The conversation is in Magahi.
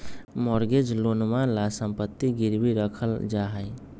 मॉर्गेज लोनवा ला सम्पत्ति गिरवी रखल जाहई